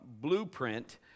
Blueprint